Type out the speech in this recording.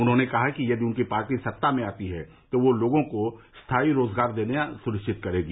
उन्होंने कहा कि यदि उनकी पार्टी सत्ता में आती है तो वह लोगों को स्थाई रोजगार देना सुनिश्चित करेगी